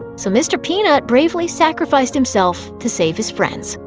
so mr. peanut bravely sacrificed himself to save his friends.